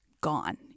gone